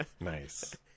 Nice